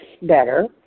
better